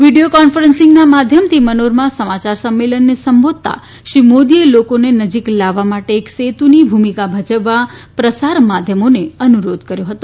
video કોન્ફરન્સીંગના માધ્યમથી મનોરમા સમાચાર સંમેલનને સંબોધતા શ્રી મોદીએ લોકોને નજીક લાવવા માટે એક સેતુની ભૂમિકા ભજવવા પ્રસાર માધ્યમોને અનુરોધ કર્યો હતો